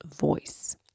voice